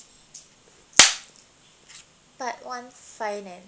part one finance